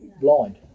blind